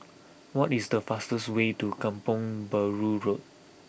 what is the fastest way to Kampong Bahru Road